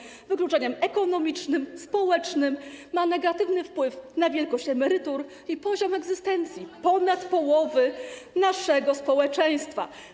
grozi kobietom wykluczeniem ekonomicznym, społecznym, ma negatywny wpływ na wysokość emerytur i poziom egzystencji ponad połowy naszego społeczeństwa.